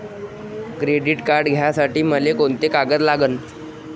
Credit card घ्यासाठी मले कोंते कागद लागन?